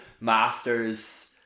Masters